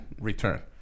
return